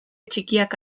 txikiak